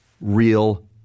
real